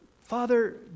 Father